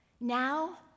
Now